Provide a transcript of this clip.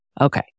Okay